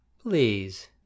Please